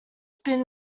spin